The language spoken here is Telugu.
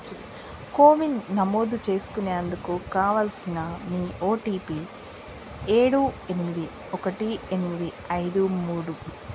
కోవిన్ నమోదు చేసుకునేందుకు కావలసిన మీ ఓటిపి ఏడు ఎనిమిది ఒకటి ఎనిమిది ఐదు మూడు